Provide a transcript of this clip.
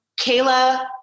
Kayla